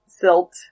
silt